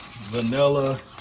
vanilla